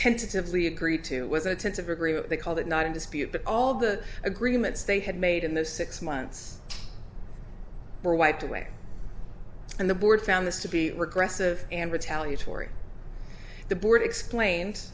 tentatively agreed to was a tense of a group they called it not in dispute but all the agreements they had made in those six months were wiped away and the board found this to be regressive and retaliatory the board explains